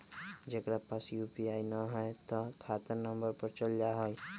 जेकरा पास यू.पी.आई न है त खाता नं पर चल जाह ई?